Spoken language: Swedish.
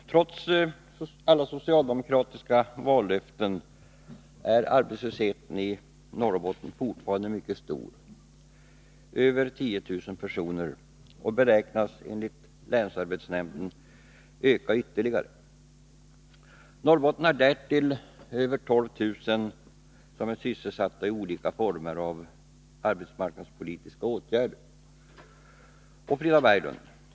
Herr talman! Trots alla socialdemokratiska vallöften är arbetslösheten i Norrbotten fortfarande mycket stor — över 10 000 personer — och beräknas enligt länsarbetsnämnden öka ytterligare. Norrbotten har därtill över 12 000 personer sysselsatta i olika former av verksamhet som tillkommit genom arbetsmarknadspolitiska åtgärder. Frida Berglund!